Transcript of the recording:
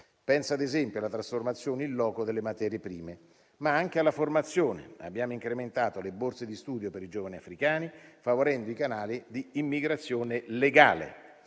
Penso ad esempio alla trasformazione *in loco* delle materie prime, ma anche alla formazione. Abbiamo incrementato le borse di studio per i giovani africani, favorendo i canali di immigrazione legale.